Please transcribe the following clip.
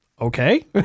Okay